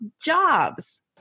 jobs